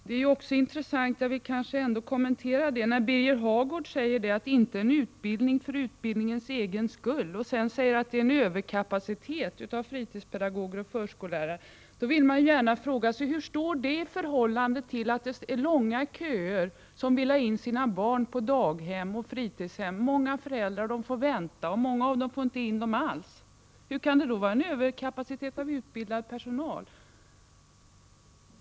Det är också intressant — jag vill ändå kommentera det — att Birger Hagård först säger att det inte skall vara en utbildning för utbildningens egen skull och sedan talar om att det är en överkapacitet av fritidspedagoger och förskollärare. Då vill jag gärna fråga: Hur står detta i överensstämmelse med det förhållandet, att det är långa köer av föräldrar som vill ha in sina barn på daghem och på fritidshem? Många föräldrar får vänta, och många av dem får inte in barnen alls. Hur kan det då vara en överkapacitet av utbildad personal?